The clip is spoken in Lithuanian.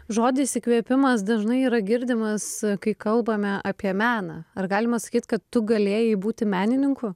žodis įkvėpimas dažnai yra girdimas kai kalbame apie meną ar galima sakyt kad tu galėjai būti menininku